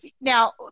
Now